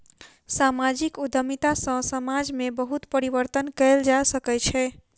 सामाजिक उद्यमिता सॅ समाज में बहुत परिवर्तन कयल जा सकै छै